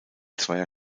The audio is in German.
zweier